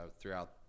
throughout –